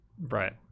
Right